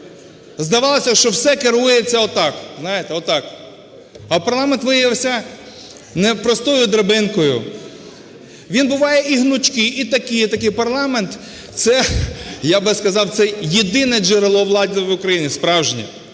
Здавалося, що все керується отак. Знаєте – отак. А парламент виявився не простою драбинкою. Він буває і гнучкий, і такий, і такий. Парламент – це, я би сказав, це єдине джерело влади в Україні справжнє.